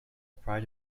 prior